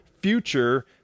future